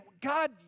God